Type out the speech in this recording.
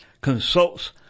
consults